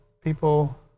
people